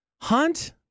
Hunt